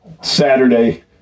Saturday